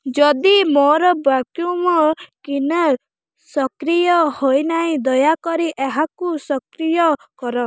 ଯଦି ମୋର vacuum cleaner ସକ୍ରିୟ ହୋଇନାହିଁ ଦୟାକରି ଏହାକୁ ସକ୍ରିୟ କର